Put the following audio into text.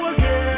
again